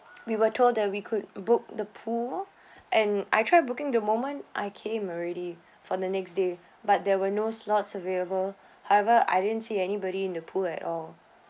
we were told that we could book the pool and I try booking the moment I came already for the next day but there were no slots available however I didn't see anybody in the pool at all